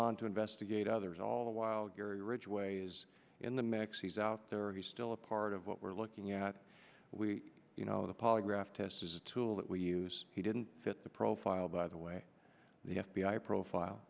on to investigate others all the while gary ridgway is in the mix he's out there he's still a part of what we're looking at we you know the polygraph test is a tool that we use he didn't fit the profile by the way the f b i profile